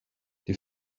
die